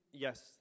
Yes